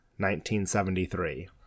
1973